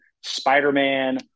Spider-Man